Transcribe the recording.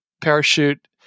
parachute